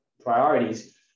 priorities